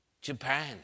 Japan